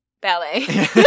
ballet